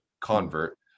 convert